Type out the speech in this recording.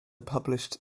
published